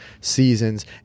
seasons